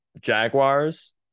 Jaguars